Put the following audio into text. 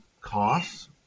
costs